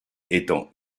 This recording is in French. étant